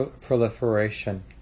proliferation